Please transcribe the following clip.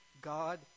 God